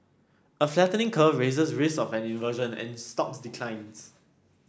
a flattening curve raises risk of an inversion and stocks declines